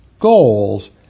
goals